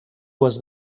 was